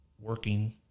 working